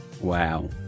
Wow